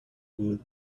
good